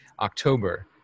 October